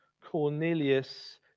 Cornelius